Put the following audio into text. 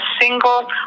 single